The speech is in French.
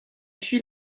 fuit